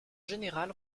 général